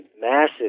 massive